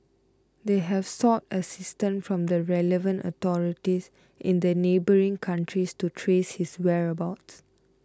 they have sought assistance from the relevant authorities in the neighbouring countries to trace his whereabouts